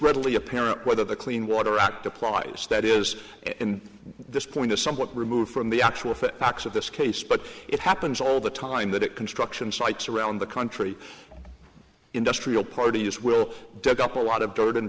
readily apparent whether the clean water act applies that is and this point is somewhat removed from the actual facts of this case but it happens all the time that it construction sites around the country industrial produce will dig up a lot of dirt and